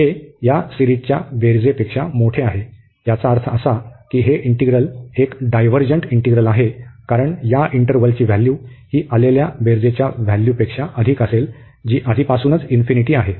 हे या सिरिजच्या बेरीजपेक्षा मोठे आहे याचा अर्थ असा की हे इंटिग्रल एक डायव्हर्जंट इंटिग्रल आहे कारण या इंटरवलची व्हॅल्यू ही आलेल्या बेरीजच्या व्हॅल्यू पेक्षा अधिक असेल जी आधीपासूनच इन्फिनिटी आहे